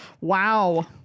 Wow